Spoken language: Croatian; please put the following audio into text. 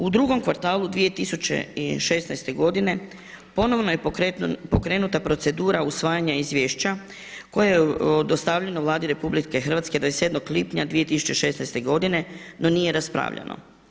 U drugom kvartalu 2016. godine ponovno je pokrenuta procedura usvajanja izvješća koja je dostavljena Vladi RH 27. lipnja 2016. godine, no nije raspravljeno.